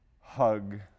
hug